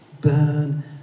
burn